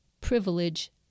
privilege